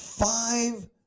five